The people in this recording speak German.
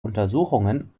untersuchungen